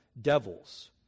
devils